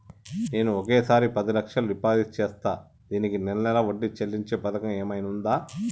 నేను ఒకేసారి పది లక్షలు డిపాజిట్ చేస్తా దీనికి నెల నెల వడ్డీ చెల్లించే పథకం ఏమైనుందా?